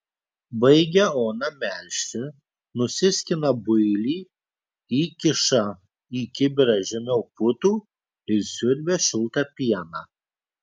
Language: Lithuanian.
baigia ona melžti nusiskina builį įkiša į kibirą žemiau putų ir siurbia šiltą pieną